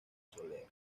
soler